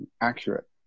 accurate